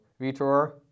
Vitor